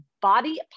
body